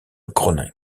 groningue